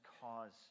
cause